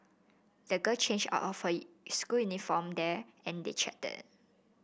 the girl changed out of it school uniform there and they chatted